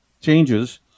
changes